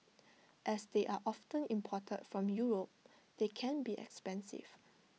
as they are often imported from Europe they can be expensive